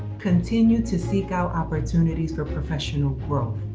continue to seek out opportunities for professional growth.